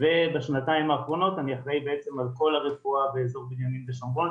ובשנתיים האחרונות אני אחראי בעצם על כל הרפואה באזור בנימין ושומרון,